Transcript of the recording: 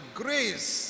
grace